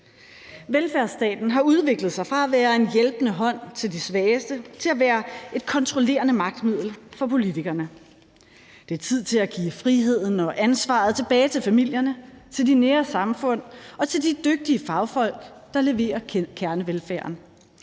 Velfærdsstaten har udviklet sig fra at være en hjælpende hånd til de svageste til at være et kontrollerende magtmiddel for politikerne. Det er tid til at give friheden og ansvaret tilbage til familierne, til de nære samfund og til de dygtige fagfolk, der leverer kernevelfærden.